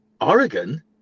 Oregon